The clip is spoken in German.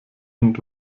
und